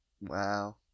wow